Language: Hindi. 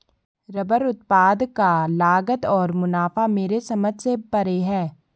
रबर उत्पाद का लागत और मुनाफा मेरे समझ से परे है